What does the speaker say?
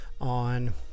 on